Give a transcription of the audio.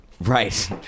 Right